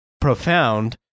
profound